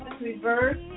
Reverse